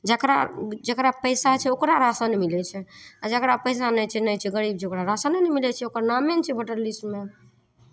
जकरा जकरा पैसा छै ओकरा राशन मिलै छै आ जकरा पैसा नहि छै नहि छै गरीब छै ओकरा राशने नहि मिलै छै ओकर नामे नहि छै भोटर लिस्टमे